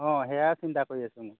অ সেয়াই চিন্তা কৰি আছোঁ মই